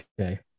Okay